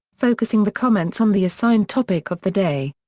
focusing the comments on the assigned topic of the day.